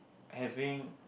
having